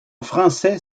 français